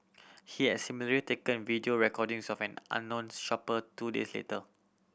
he had similarly taken video recordings of an unknown shopper two days later